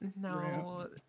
No